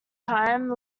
time